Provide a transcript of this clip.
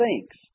thinks